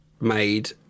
made